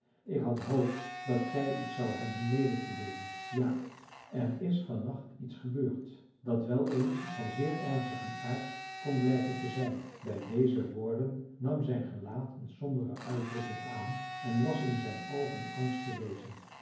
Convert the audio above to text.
ik had hoop dat gij iets zoudt hebben mede te deelen ja er is van nacht iets gebeurd dat wel eens van zeer ernstigen aard kon blijken te zijn bij deze woorden nam zijn gelaat een sombere uitdrukking aan en was in zijn oogen angst te lezen